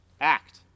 act